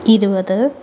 ഇരുപത്